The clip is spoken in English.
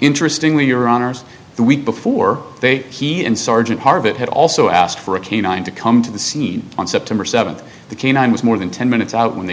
interestingly your honour's the week before they he and sergeant harbutt had also asked for a canine to come to the scene on september seventh the canine was more than ten minutes out when they